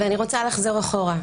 אני רוצה לחזור אחורה,